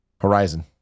Horizon